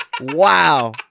wow